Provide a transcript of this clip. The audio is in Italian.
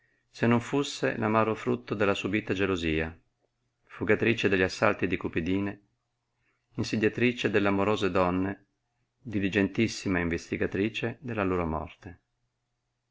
se non fusse amaro frutto della subita gelosia fugatrice de gli assalti di cupidine insidiatrice dell amorose donne diligentissima investigatrice della loro morte